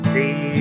See